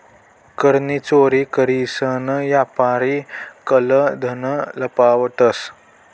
कर नी चोरी करीसन यापारी काळं धन लपाडतंस